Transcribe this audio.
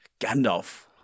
Gandalf